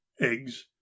Eggs